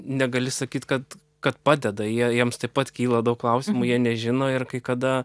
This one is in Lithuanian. negali sakyt kad kad padeda jie jiems taip pat kyla daug klausimų jie nežino ir kai kada